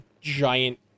giant